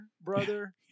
brother